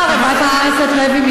שר הרווחה, חברת הכנסת לוי,